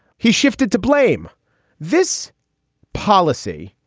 he shifted to blame this policy.